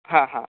हा हा